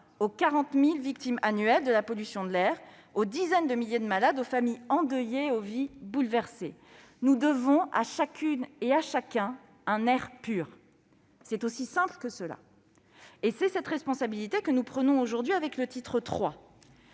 aux 40 000 victimes annuelles de la pollution de l'air, aux dizaines de milliers de malades, aux familles endeuillées, aux vies bouleversées. Nous devons à chacune et à chacun un air pur. C'est aussi simple que cela. C'est cette responsabilité que nous prenons aujourd'hui avec le titre